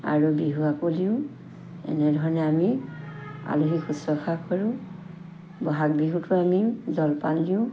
আৰু বিহুৱাকো দিওঁ এনেধৰণে আমি আলহীক শুশ্ৰূষা কৰোঁ বহাগ বিহুতো আমি জলপান দিওঁ